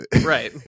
right